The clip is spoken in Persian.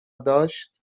داشت